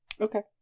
Okay